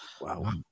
Wow